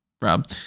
Rob